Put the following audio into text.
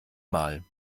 mal